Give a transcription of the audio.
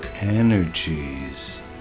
energies